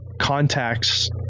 contacts